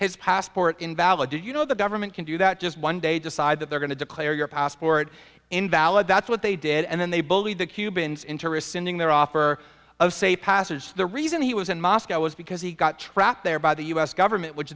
his passport invalid do you know the government can do that just one day decide that they're going to declare your passport invalid that's what they did and then they believe the cubans interest sending their offer a safe passage the reason he was in moscow was because he got trapped there by the u s government which